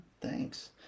Thanks